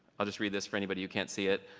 i'll just read this for anybody who can't see it.